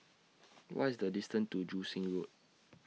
What IS The distance to Joo Seng Road